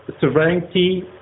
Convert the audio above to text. sovereignty